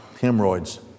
hemorrhoids